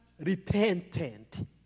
repentant